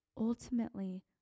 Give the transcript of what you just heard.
ultimately